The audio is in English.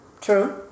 True